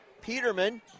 Peterman